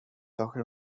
talking